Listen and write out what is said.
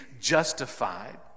justified